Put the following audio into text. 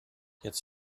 jetzt